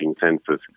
census